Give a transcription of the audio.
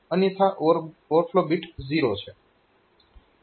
અન્યથા overflow bit 0 છે